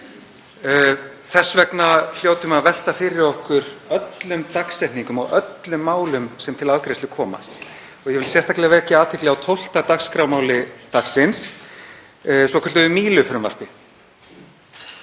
Þess vegna hljótum við að velta fyrir okkur öllum dagsetningum á öllum málum sem til afgreiðslu koma og ég vil sérstaklega vekja athygli á 12. dagskrármáli dagsins, svokölluðu Mílufrumvarpi.